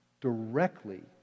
directly